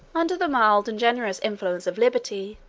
under the mild and generous influence of liberty,